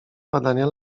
badania